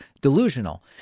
delusional